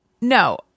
No